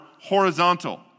horizontal